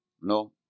no